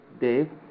Dave